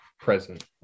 present